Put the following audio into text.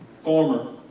former